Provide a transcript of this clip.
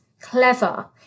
clever